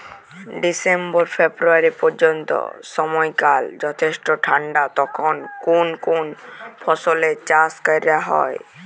December February পর্যন্ত সময়কাল যথেষ্ট ঠান্ডা তখন কোন কোন ফসলের চাষ করা হয়?